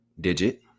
Digit